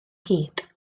gyd